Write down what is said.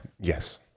Yes